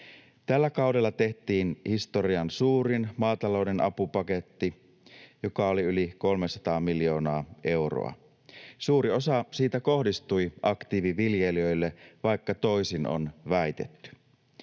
Tällä kaudella tehtiin historian suurin maatalouden apupaketti, joka oli yli 300 miljoonaa euroa. Suuri osa siitä kohdistui aktiiviviljelijöille, vaikka toisin on väitetty.